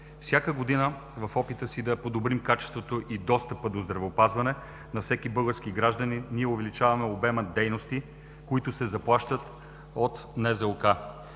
Всяка година в опита си да подобрим качеството и достъпа до здравеопазване на всеки български гражданин ние увеличаваме обема дейности, които се заплащат от НЗОК.